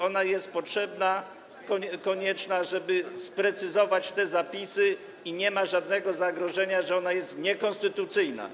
Ona jest potrzebna, konieczna, żeby sprecyzować te zapisy, i nie ma żadnego zagrożenia, że ona jest niekonstytucyjna.